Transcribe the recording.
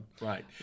right